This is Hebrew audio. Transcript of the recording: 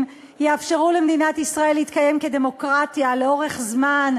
יאפשרו למדינת ישראל להתקיים כדמוקרטיה לאורך זמן,